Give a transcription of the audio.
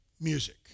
music